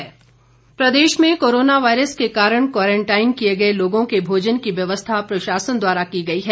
सहायता प्रदेश में कोरोना वायरस के कारण क्वारंटाइन किए गये लोगों के भोजन की व्यवस्था प्रशासन द्वारा की गई है